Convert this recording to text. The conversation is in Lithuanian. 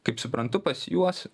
kaip suprantu pas juos